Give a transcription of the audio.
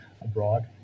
abroad